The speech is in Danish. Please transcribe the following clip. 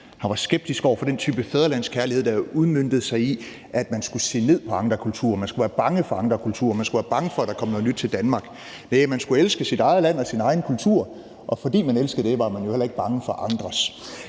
Han var skeptisk over for den type fædrelandskærlighed, der udmøntede sig i, at man skulle se ned på andre kulturer, at man skulle være bange for andre kulturer, at man skulle være bange for, at der kom noget nyt til Danmark. Næh, man skulle elske sit eget land og sin egen kultur, og fordi man elskede det, var man jo heller ikke bange for andres.